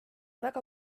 väga